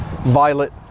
Violet